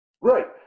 Right